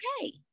okay